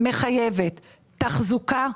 מחייבת תחזוקה,